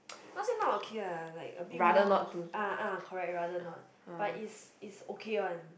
not say not okay lah like a bit more ah ah correct rather not but it's it's okay one